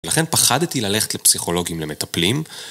ולכן פחדתי ללכת לפסיכולוגים למטפלים.